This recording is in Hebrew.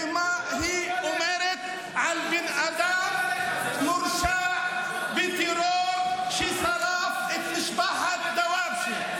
ומה היא אומרת על בן אדם מורשע בטרור ששרף את משפחת דוואבשה?